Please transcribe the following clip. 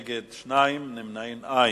בעד, 18, נגד 2, נמנעים, אין.